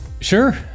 Sure